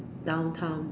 downtime